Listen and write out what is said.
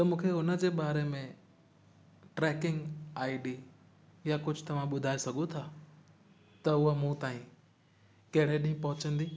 त मूंखे हुन जे बारे में ट्रेकिंग आईडी या कुझु तव्हां ॿुधाए सघो था त उहा मूं ताईं कहिड़े ॾींहुं पहुचंदी